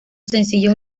sencillos